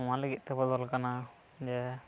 ᱱᱚᱶᱟ ᱞᱟᱹᱜᱤᱫ ᱛᱮ ᱵᱚᱫᱚᱞ ᱟᱠᱟᱱᱟ ᱡᱮ